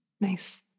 Nice